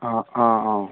অঁ অঁ অঁ